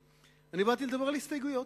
אני באתי לדבר על הסתייגויות,